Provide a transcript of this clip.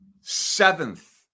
seventh